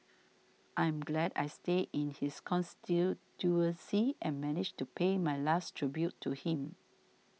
I'm glad I stay in his constituency and managed to pay my last tribute to him